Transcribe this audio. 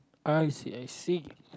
I see I see